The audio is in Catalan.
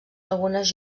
algunes